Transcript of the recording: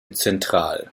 zentral